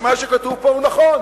שמה שכתוב פה הוא נכון,